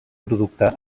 producte